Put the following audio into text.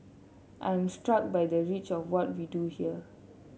I am struck by the reach of what we do here